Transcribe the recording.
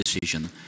decision